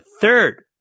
third